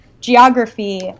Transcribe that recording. geography